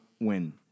win